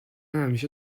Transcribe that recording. همیشه